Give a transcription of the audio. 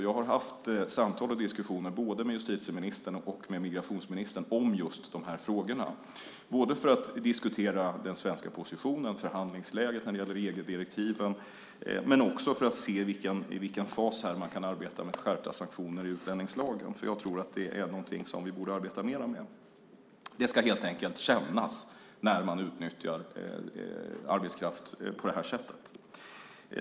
Jag har haft diskussioner med både justitieministern och migrationsministern om just dessa frågor dels för att diskutera den svenska positionen, förhandlingsläget när det gäller EG-direktiven, dels för att se i vilken fas man kan arbeta med skärpta sanktioner i utlänningslagen. Jag tror att det är något som vi borde arbeta med mer. Det ska helt enkelt kännas när man utnyttjar arbetskraft på det sättet.